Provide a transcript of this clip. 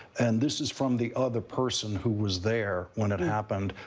and this is from the other person who was there when it happened.